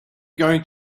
going